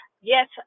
yes